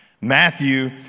Matthew